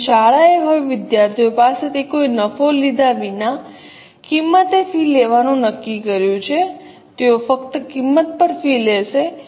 તેથી શાળાએ હવે વિદ્યાર્થીઓ પાસેથી કોઈ નફો લીધા વિના કિંમતે ફી લેવાનું નક્કી કર્યું છે તેઓ ફક્ત કિંમત પર ફી લેશે